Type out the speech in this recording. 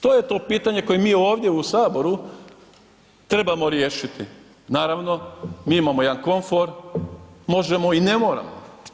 To je to pitanje koje mi ovdje u HS trebamo riješiti, naravno mi imamo jedan komfor, možemo i ne moramo.